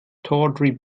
tawdry